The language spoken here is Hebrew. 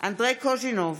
אנדרי קוז'ינוב,